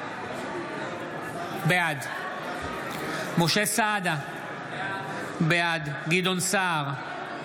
בעד משה סעדה, בעד גדעון סער,